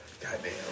Goddamn